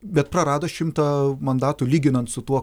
bet prarado šimtą mandatų lyginant su tuo